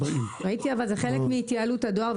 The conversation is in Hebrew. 40. ראיתי אבל זה חלק מהתייעלות הדואר.